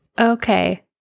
Okay